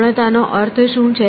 પૂર્ણતા નો અર્થ શું છે